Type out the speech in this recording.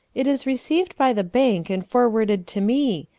it is received by the bank and forwarded to me.